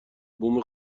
بوم